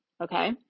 okay